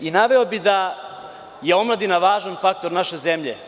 Naveo bih da je omladina važan faktor naše zemlje.